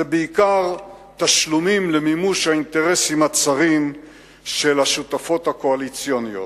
זה בעיקר תשלומים למימוש האינטרסים הצרים של השותפות הקואליציוניות,